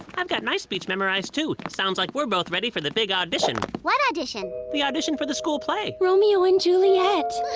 i've got my speech memorized, too. sounds like we're both ready for the big audition. what audition? the audition for the school play. romeo and juliet.